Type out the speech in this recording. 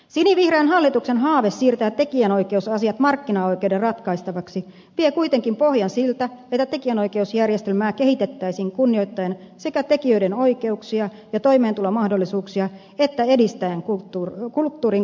sinivihreän hallituksen haave siirtää tekijänoikeusasiat markkinaoikeuden ratkaistavaksi vie kuitenkin pohjan siltä että tekijänoikeusjärjestelmää kehitettäisiin kunnioittaen sekä tekijöiden oikeuksia ja toimeentulomahdollisuuksia että edistäen kulttuurin kuluttajien oikeuksia